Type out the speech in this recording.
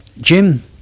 Jim